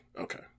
okay